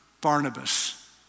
Barnabas